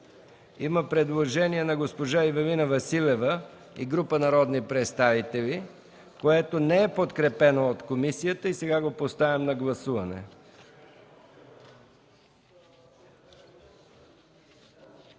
Има предложение на госпожа Ивелина Василева и група народни представители, което не е подкрепено от комисията, и сега го поставям на гласуване.